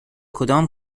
کدام